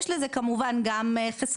יש לזה כמובן גם חסרונות,